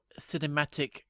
cinematic